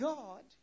God